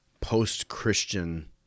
post-Christian